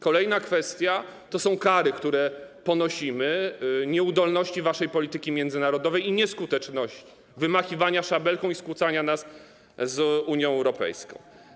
Kolejna kwestia to kary, które ponosimy w związku z nieudolnością waszej polityki międzynarodowej i nieskutecznością, wymachiwaniem szabelką i skłócaniem nas z Unią Europejską.